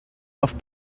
auf